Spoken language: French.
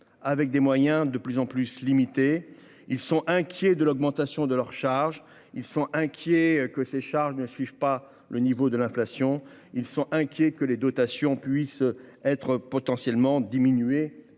avec des moyens de plus en plus limités, ils sont inquiets de l'augmentation de leurs charges, ils sont inquiets que c'est Charles ne suivent pas le niveau de l'inflation, ils sont inquiets que les dotations puisse être potentiellement diminuer